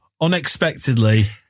unexpectedly